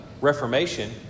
Reformation